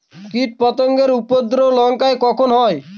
কীটপতেঙ্গর উপদ্রব লঙ্কায় কখন হয়?